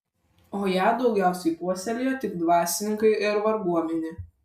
o ją daugiausiai puoselėjo tik dvasininkai ir varguomenė